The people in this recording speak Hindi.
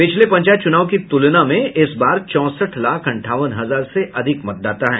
पिछले पंचायत चुनाव की तुलना में इस बार चौंसठ लाख अंठावन हजार से अधिक मतदाता हैं